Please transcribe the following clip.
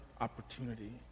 opportunity